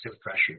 pressure